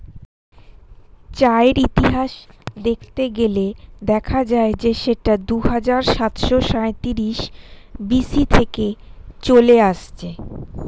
চায়ের ইতিহাস দেখতে গেলে দেখা যায় যে সেটা দুহাজার সাতশো সাঁইত্রিশ বি.সি থেকে চলে আসছে